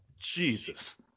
Jesus